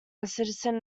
citizen